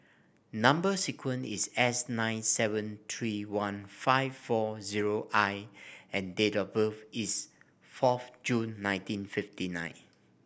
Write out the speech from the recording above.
number sequence is S nine seven three one five four zero I and date of birth is fourth June nineteen fifty nine